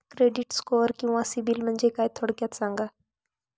Credit score किंवा सिबिल म्हणजे काय? थोडक्यात सांगा